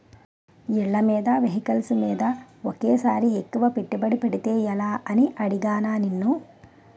ఇళ్ళమీద, వెహికల్స్ మీద ఒకేసారి ఎక్కువ పెట్టుబడి పెడితే ఎలా అని అడిగానా నిన్ను